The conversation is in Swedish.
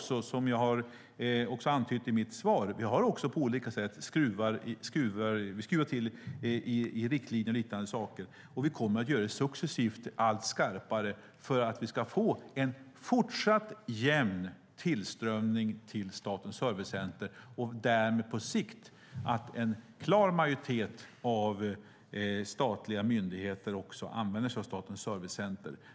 Som jag antydde i mitt svar skruvar vi också till i riktlinjer och liknande på olika sätt. Vi kommer att göra det successivt och allt skarpare för att få en fortsatt jämn tillströmning till Statens servicecenter. På sikt ska en klar majoritet av de statliga myndigheterna använda sig av Statens servicecenter.